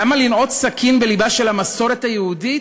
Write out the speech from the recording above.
למה לנעוץ סכין בלבה של המסורת היהודית?